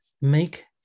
make